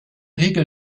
regel